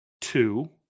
two